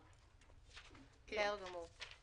חודשים, וזה מאריך